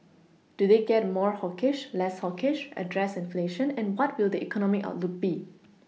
do they get more hawkish less hawkish address inflation and what will the economic outlook be